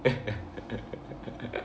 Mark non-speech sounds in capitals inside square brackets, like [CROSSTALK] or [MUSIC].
[LAUGHS]